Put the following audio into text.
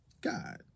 God